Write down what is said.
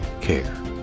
care